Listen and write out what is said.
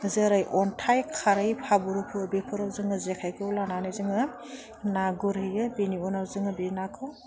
जेरै अन्थाइ खारै हाब्रुफोर बेफोराव जोङो जेखायखौ लानानै जोङो ना गुरहैयो बिनि उनाव जोङो बे नाखौ